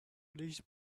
please